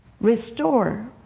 Restore